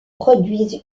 produisent